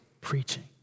preaching